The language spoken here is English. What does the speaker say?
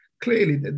clearly